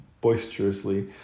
boisterously